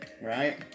right